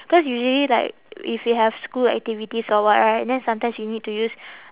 cause usually like if you have school activities or what right then sometimes you need to use